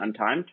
untimed